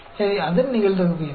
எனவே அதன் நிகழ்தகவு என்ன